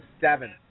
seven